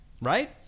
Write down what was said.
right